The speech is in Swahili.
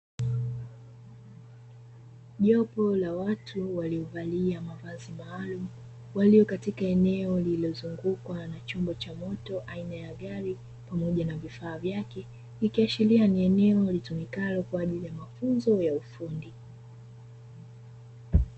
Jopo la watu waliovalia mavazi maalumu wakiwa katika eneo lililozungukwa na chombo cha moto mfano wa gari pamoja na vifaa vyake, ikiashiria kuwa ni eneo litumikalo kwa mafunzo ya ufundi.